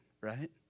right